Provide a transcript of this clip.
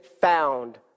found